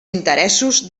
interessos